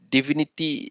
Divinity